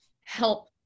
help